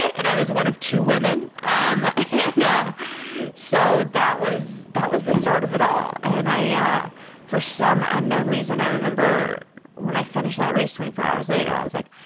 and i was one of two women. um you know so, that was that was the start of it all. and ah for some unknown reason, i remember when i finished that race twenty four hours later, i was like,